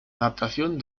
adaptación